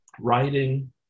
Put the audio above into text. writing